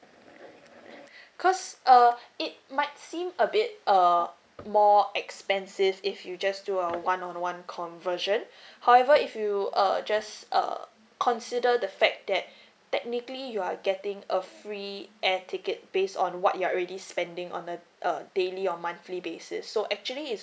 cause uh it might seem a bit uh more expensive if you just do a one on one conversion however if you err just err consider the fact that technically you are getting a free air ticket based on what you're already spending on a uh daily or monthly basis so actually it's